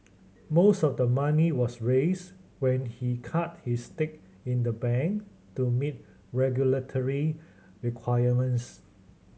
most of the money was raised when he cut his stake in the bank to meet regulatory requirements